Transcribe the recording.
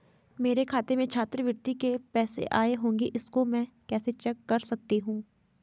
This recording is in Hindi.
मेरे खाते में छात्रवृत्ति के पैसे आए होंगे इसको मैं कैसे चेक कर सकती हूँ?